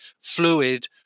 fluid